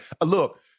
look